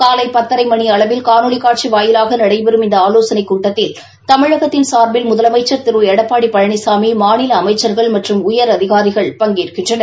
காலை பத்தரை மணி அளவில் காணோலி காட்சி வாயிலாக நடைபெறும் இந்த ஆலோசனைக் கூட்டத்தில் தமிழகத்தின் சார்பில் முதலமைச்ச் திரு எடப்பாடி பழனிசாமி மாநில அமைச்சர்கள் மற்றும் உயரதிகாரிகள் பங்கேற்கின்றனர்